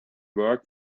work